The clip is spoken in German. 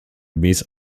gemäß